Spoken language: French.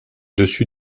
dessus